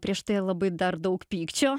prieš tai labai dar daug pykčio